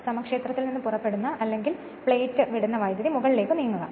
സമക്ഷേത്രത്തിൽ നിന്ന് പുറപ്പെടുന്ന അല്ലെങ്കിൽ പ്ലേറ്റ് വിടുന്ന വൈദ്യുതി മുകളിലേക്ക് നീങ്ങുക